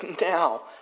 now